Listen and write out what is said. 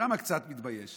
למה קצת מתבייש?